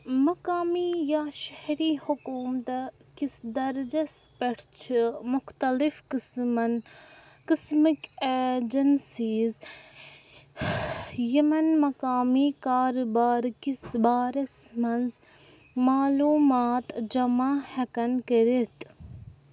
مقٲمی یا شہرِی حکوٗمتا کِس درجَس پٮ۪ٹھ چھِ مُختلِف قٕسمن قٕسمٕکۍ ایجنسیِز یِمن مقامی کارٕبارٕ کِس بارَس منٛز معلوٗمات جمع ہٮ۪کَن کٔرِتھ